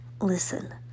Listen